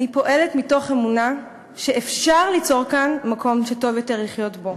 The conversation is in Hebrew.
אני פועלת מתוך אמונה שאפשר ליצור כאן מקום שטוב יותר לחיות בו